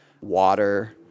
water